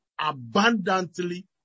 abundantly